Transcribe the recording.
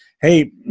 hey